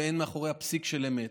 ואין מאחוריה פסיק של אמת.